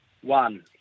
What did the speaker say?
One